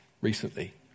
recently